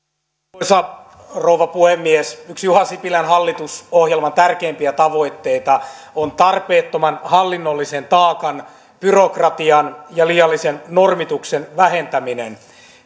arvoisa rouva puhemies yksi juha sipilän hallitusohjelman tärkeimpiä tavoitteita on tarpeettoman hallinnollisen taakan byrokratian ja liiallisen normituksen vähentäminen